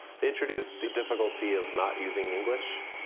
they introduced the difficulty of not using english.